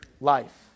life